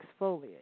exfoliate